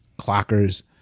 Clockers